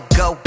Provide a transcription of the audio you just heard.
go